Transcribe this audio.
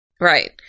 Right